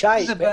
שי,